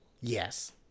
Yes